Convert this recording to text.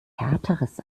härteres